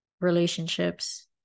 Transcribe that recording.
relationships